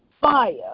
fire